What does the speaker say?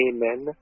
Amen